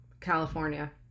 California